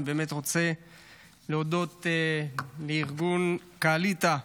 אני באמת רוצה להודות לארגון קעליטה,